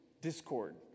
discord